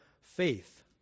faith